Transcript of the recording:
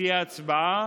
שתהיה הצבעה,